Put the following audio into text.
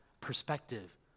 perspective